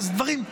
אז דברים.